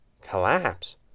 Collapse